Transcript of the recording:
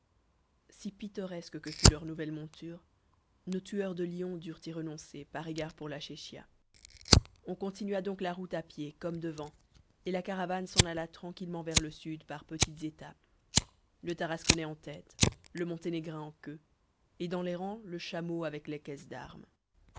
si pittoresque que fût leur nouvelle monture nos tueurs de lions durent y renoncer par égard pour la chéchia on continua donc la route à pied comme devant et la caravane s'en alla tranquillement vers le sud par petites étapes le tarasconnais en tête le monténégrin en queue et dans les rangs le chameau avec les caisses d'armes